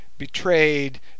betrayed